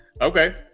Okay